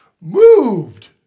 moved